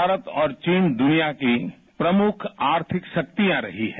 भारत और चीन दुनिया की प्रमुख आर्थिक शक्तियां रही है